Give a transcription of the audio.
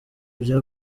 bya